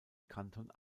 kanton